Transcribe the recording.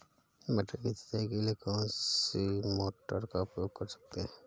मटर की सिंचाई के लिए कौन सी मोटर का उपयोग कर सकते हैं?